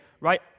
right